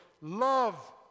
love